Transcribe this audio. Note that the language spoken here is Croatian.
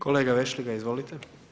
Kolega Vešligaj, izvolite.